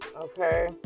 Okay